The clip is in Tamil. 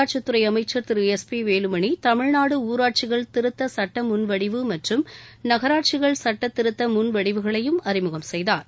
உள்ளாட்சித் துறை அமைச்சா் திரு எஸ் பி வேலுமணி தமிழ்நாடு ஊராட்சிகள் திருத்த சட்ட முன்வடிவு மற்றும் நகராட்சிகள் சுட்ட திருத்த முன் வடிவுகளையும் அறிமுகம் செய்தாா்